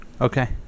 Okay